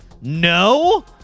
No